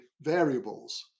variables